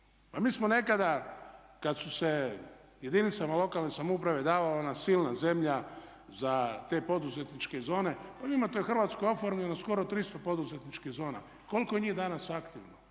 mi smo nekada kad su se jedinicama lokalne samouprave davala ona silna zemlja za te poduzetničke zone, pa vi imate u Hrvatskoj oformljeno skoro 300 poduzetničkih zona. Koliko je njih danas aktivno,